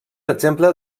exemple